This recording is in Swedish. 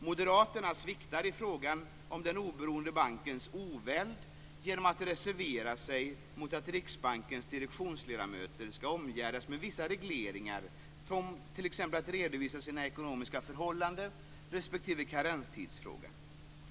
Moderaterna sviktar i frågan om den oberoende bankens oväld genom att reservera sig mot att Riksbankens direktionsledamöter skall omgärdas av vissa regleringar, som t.ex. att de skall redovisa sina ekonomiska förhållanden respektive karenstid.